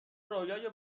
رویای